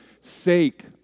sake